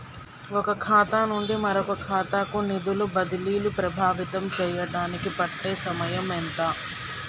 ఒక ఖాతా నుండి మరొక ఖాతా కు నిధులు బదిలీలు ప్రభావితం చేయటానికి పట్టే సమయం ఎంత?